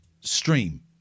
stream